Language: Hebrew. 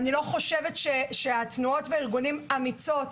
אני לא חושב שהתנועות והארגונים אמיצים,